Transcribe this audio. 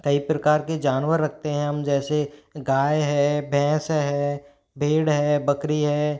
कई प्रकार के जानवर रखते हैं हम जैसे गाय है भैंस है भेड़ है बकरी है